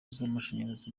z’amashanyarazi